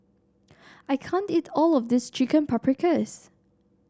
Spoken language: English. I can't eat all of this Chicken Paprikas